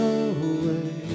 away